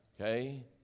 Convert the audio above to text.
okay